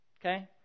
Okay